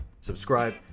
subscribe